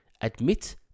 Admit